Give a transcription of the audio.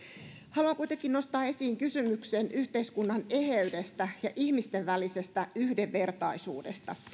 haluan kuitenkin nostaa esiin kysymyksen yhteiskunnan eheydestä ja ihmisten välisestä yhdenvertaisuudesta